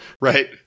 Right